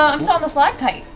ah i'm still on the stalactites.